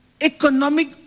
Economic